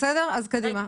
קדימה.